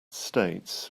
states